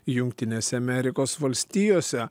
jungtinėse amerikos valstijose